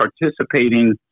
participating